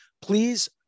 please